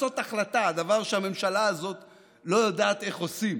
לעשות החלטה, דבר שהממשלה הזו לא יודעת איך עושים.